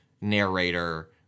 narrator